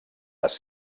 les